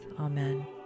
Amen